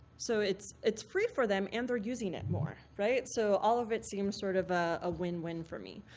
so it's it's free for them. and they're using it more. right? so all of it seemed sort of a win-win for me.